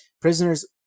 Prisoners